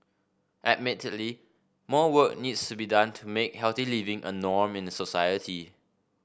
admittedly more work needs to be done to make healthy living a norm in society